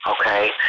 okay